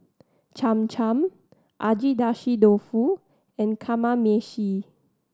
Cham Cham Agedashi Dofu and Kamameshi